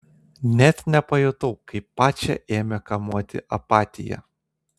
net nepajutau kaip pačią ėmė kamuoti apatija